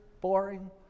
boring